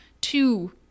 Two